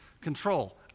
control